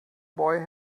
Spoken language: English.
boy